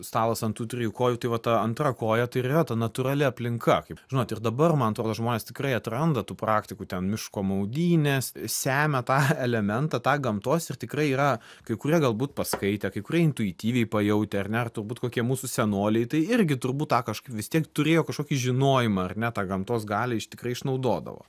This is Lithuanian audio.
stalas ant tų trijų kojų tai va tą antra koja tai ir yra ta natūrali aplinka kaip žinot ir dabar man atrodo žmonės tikrai atranda tų praktikų ten miško maudynės semia tą elementą tą gamtos ir tikrai yra kai kurie galbūt paskaitę kai kurie intuityviai pajautę ar ne ar turbūt kokie mūsų senoliai tai irgi turbūt tą kažkaip vis tiek turėjo kažkokį žinojimą ar ne tą gamtos galią iš tikrai išnaudodavo